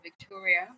Victoria